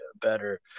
better